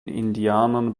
indianern